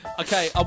Okay